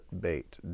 Bait